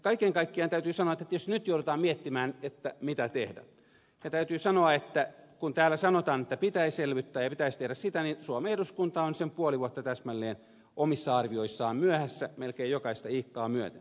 kaiken kaikkiaan täytyy sanoa että tietysti nyt joudutaan miettimään mitä tehdä ja kun täällä sanotaan että pitäisi elvyttää ja pitäisi tehdä sitä niin suomen eduskunta on sen puoli vuotta täsmälleen omissa arvioissaan myöhässä melkein jokaista iikkaa myöten